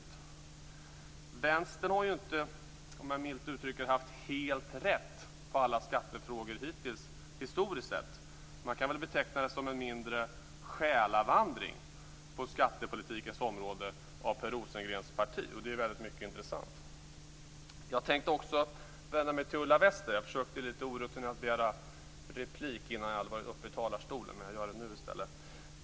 Milt uttryckt kan man ju säga att Vänstern, historiskt sett, inte har haft helt rätt i alla skattefrågor hittills. Man kan väl beteckna det som att Per Rosengrens parti har gjort en mindre själavandring på skattepolitikens område. Det är mycket intressant. Jag vänder mig också till Ulla Wester. Jag försökte, lite orutinerat, begära replik innan jag hade varit uppe i talarstolen. Därför gör jag det nu i stället.